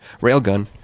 Railgun